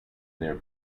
their